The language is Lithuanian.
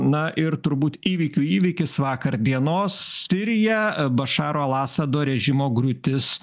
na ir turbūt įvykių įvykis vakar dienos sirija bašaro al asado režimo griūtis